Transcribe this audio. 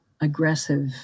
aggressive